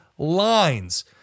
Lines